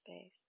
space